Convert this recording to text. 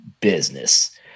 business